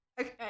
Okay